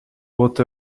what